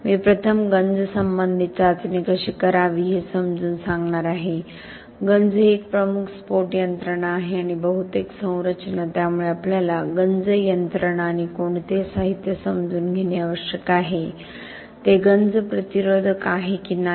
मी प्रथम गंज संबंधित चाचणी कशी करावे हे समजावून सांगणार आहे गंज ही एक प्रमुख स्फोट यंत्रणा आहे आणि बहुतेक संरचना त्यामुळे आपल्याला गंज यंत्रणा आणि कोणते साहित्य समजून घेणे आवश्यक आहे ते गंज प्रतिरोधक आहे की नाही